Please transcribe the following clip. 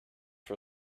for